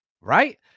right